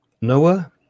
Noah